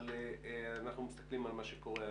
אבל אנחנו מסתכלים על מה שקורה היום.